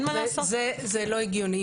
זה לא הגיוני.